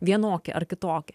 vienokį ar kitokį